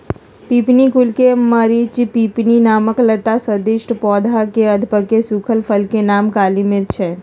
पिप्पली कुल के मरिचपिप्पली नामक लता सदृश पौधा के अधपके सुखल फल के नाम काली मिर्च हई